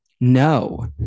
no